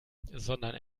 sondern